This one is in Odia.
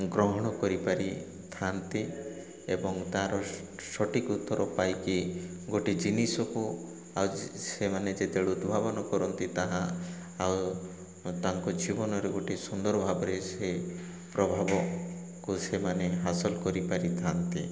ଗ୍ରହଣ କରିପାରିଥାନ୍ତି ଏବଂ ତାର ସଠିକ୍ ଉତ୍ତର ପାଇକି ଗୋଟେ ଜିନିଷକୁ ଆଉ ସେମାନେ ଯେତେବେଳେ ଉଦ୍ଭାବନ କରନ୍ତି ତାହା ଆଉ ତାଙ୍କ ଜୀବନରେ ଗୋଟେ ସୁନ୍ଦର ଭାବରେ ସେ ପ୍ରଭାବକୁ ସେମାନେ ହାସଲ କରିପାରିଥାନ୍ତି